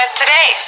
today